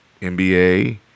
NBA